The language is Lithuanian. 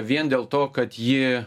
vien dėl to kad ji